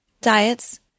Diets